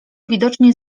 widocznie